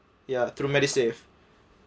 ya through medisave